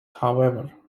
however